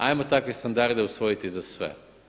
Ajmo takve standarde usvojiti za sve.